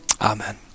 Amen